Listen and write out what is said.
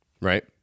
right